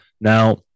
Now